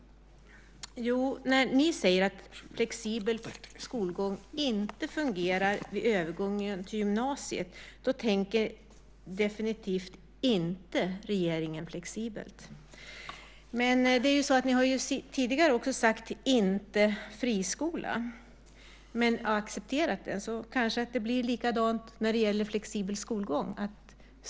När ni säger att flexibel skolgång inte fungerar vid övergången till gymnasiet, då tänker regeringen definitivt inte flexibelt. Men ni har ju tidigare sagt "inte friskola" och sedan accepterat den så det kanske blir likadant när det gäller flexibel skolgång.